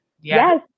Yes